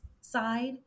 side